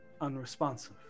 unresponsive